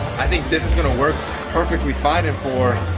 i think this is gonna work perfectly fine and for